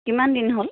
কিমান দিন হ'ল